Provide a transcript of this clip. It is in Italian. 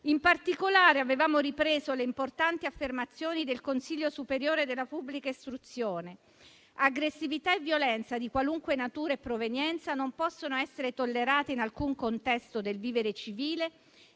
In particolare, avevamo ripreso le importanti affermazioni del Consiglio superiore della pubblica istruzione: aggressività e violenza, di qualunque natura e provenienza, non possono essere tollerate in alcun contesto del vivere civile